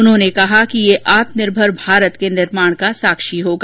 उन्होंने कहा कि यह आत्मनिर्भर भारत के निर्माण का साक्षी होगा